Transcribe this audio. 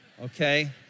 okay